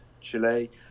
Chile